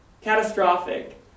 catastrophic